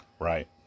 Right